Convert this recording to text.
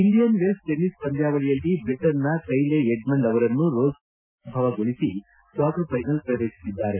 Indian Wells tennis ಪಂದ್ಕಾವಳಿಯಲ್ಲಿ ಬಿಟನ್ನ Kyle Edmund ಅವರನ್ನು ರೋಜರ್ ಫೆಡರರ್ ಪರಾಭವಗೊಳಿಸಿ ಕ್ವಾರ್ಟರ್ ಫೈನಲ್ ಫ್ರವೇಶಿಸಿದ್ದಾರೆ